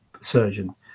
surgeon